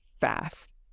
fast